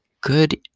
good